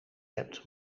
hebt